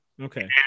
Okay